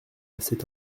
c’est